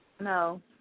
No